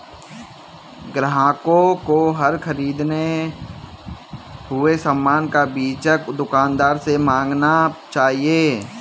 ग्राहकों को हर ख़रीदे हुए सामान का बीजक दुकानदार से मांगना चाहिए